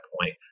point